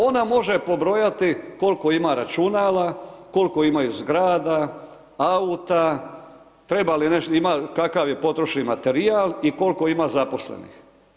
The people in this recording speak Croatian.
Ona može pobrojati koliko ima računala, koliko imaju zgrada, auta, treba li nešto, kakav je potrošni materijal i koliko ima zaposlenih.